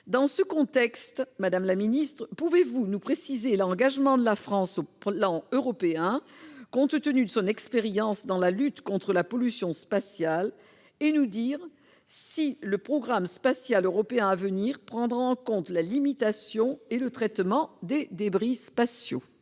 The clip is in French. Dans ce contexte, madame la ministre, quel est l'engagement de la France au plan européen, compte tenu de son expérience dans la lutte contre la pollution spatiale ? Le futur programme spatial européen prendra-t-il en compte la limitation et le traitement des débris spatiaux ?